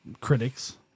critics